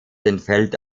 entfällt